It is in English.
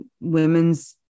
women's